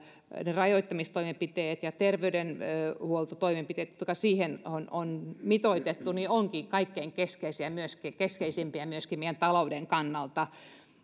rajoittamistoimenpiteet ja terveydenhuoltotoimenpiteet jotka siihen on on mitoitettu ovatkin kaikkein keskeisimpiä myöskin keskeisimpiä myöskin meidän taloutemme kannalta